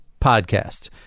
podcast